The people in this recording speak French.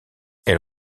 elle